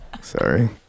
Sorry